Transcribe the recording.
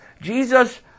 Jesus